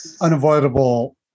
unavoidable